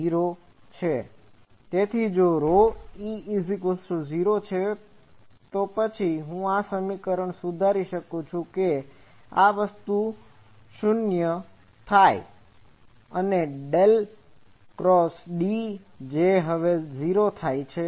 તેથી જો e 0 છે તો પછી હું આ સમીકરણને સુધારી શકું છું કે આ વસ્તુ 0 થાય છે અને D જે હવે 0 થાય છે